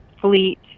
fleet